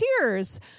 tears